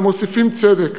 אלא מוסיפים צדק,